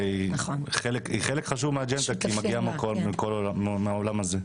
והיא חלק חשוב מהאג'נדה כי היא מגיעה מהעולם הזה.